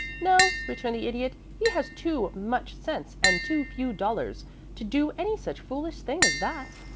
no, returned the idiot, he has too much sense and too few dollars to do any such foolish thing as that.